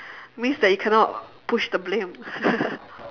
means that you cannot push the blame